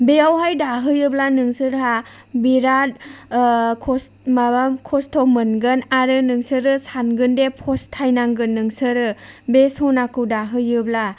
बेयावहाय दाहोयोब्ला नोंसोरहा बिराद माबा खस्त' मोनगोन आरो नोंसोरो सानगोन दि फस्थाय नांगोन नोंसोरो बे सनाखौ दाहोयोब्ला